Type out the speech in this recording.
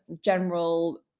general